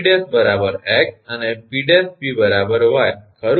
તેથી 𝑂𝑃 ′ 𝑥 અને 𝑃′𝑃 𝑦 ખરુ ને